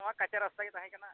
ᱱᱚᱣᱟ ᱠᱟᱪᱟ ᱨᱟᱥᱛᱟ ᱜᱮ ᱛᱟᱦᱮᱸ ᱠᱟᱱᱟ